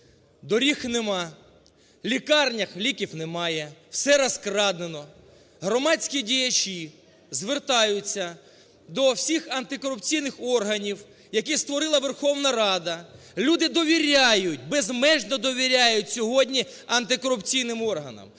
доріг немає, в лікарнях ліків немає, все розкрадено. Громадські діячі звертаються до всіх антикорупційних органів, які створила Верховна Рада. Люди довіряють, безмежно довіряють сьогодні антикорупційним органам,